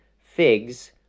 figs